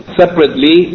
separately